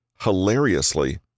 hilariously